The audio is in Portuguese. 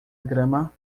grama